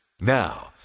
now